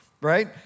Right